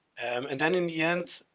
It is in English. and then in the end,